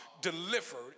delivered